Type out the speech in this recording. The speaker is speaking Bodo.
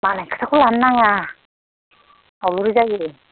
मालायनि खोथाखौ लानो नाङा आवलुरि जायो